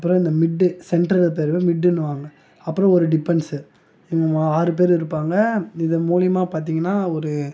அப்புறம் இந்த மிட்டு சென்டருக்கிறத மிட்டுன்னுவாங்க அப்புறம் ஒரு டிபன்ஸு இவங்க ஆறு பேரு இருப்பாங்கள் இதன் மூலிமா பார்த்தீங்கன்னா ஒரு